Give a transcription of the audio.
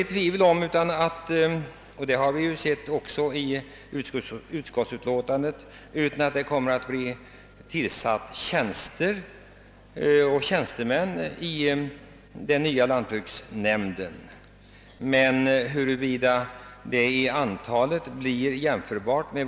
Det råder inte något tvivel om — det har också framgått av utskottsutlåtandet — att det kommer att inrättas tjänster och att tjänstemän kommer att tillsättas i den nya lantbruksnämnden i Älvsborgs län.